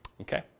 Okay